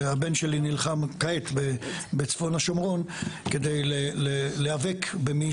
הבן שלי נלחם כעת בצפון השומרון כדי להיאבק במי